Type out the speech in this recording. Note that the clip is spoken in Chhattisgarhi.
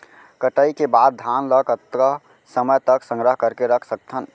कटाई के बाद धान ला कतका समय तक संग्रह करके रख सकथन?